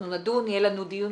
נדון, יהיה לנו דיון